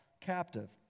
captive